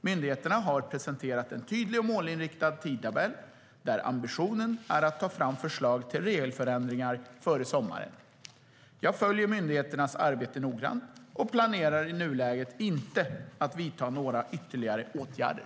Myndigheterna har presenterat en tydlig och målinriktad tidtabell, där ambitionen är att ta fram förslag till regelförändringar före sommaren. Jag följer myndigheternas arbete noggrant och planerar i nuläget inte att vidta några ytterligare åtgärder.